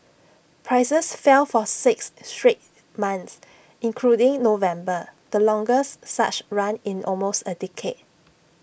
prices fell for six straight months including November the longest such run in almost A decade